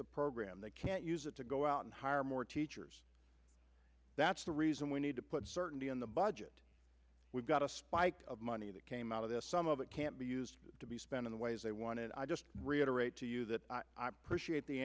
the program they can't use it to go out and hire more teachers that's the reason we need to put certainty in the budget we've got a spike of money that came out of this some of it can't be used to be spent in the ways they wanted i just reiterate to you that i appreciate the